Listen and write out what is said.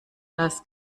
dass